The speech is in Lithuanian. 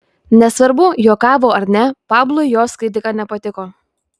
nesvarbu juokavo ar ne pablui jos kritika nepatiko